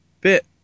bit